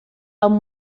amb